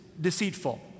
deceitful